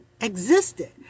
existed